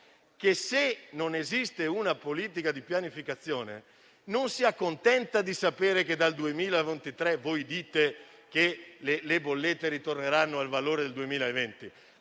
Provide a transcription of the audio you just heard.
che, se non esiste una politica di pianificazione, non si accontenta di sapere che dal 2023 - come voi dite - le bollette torneranno al valore del 2020.